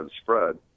spread